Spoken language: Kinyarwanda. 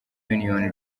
union